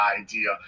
idea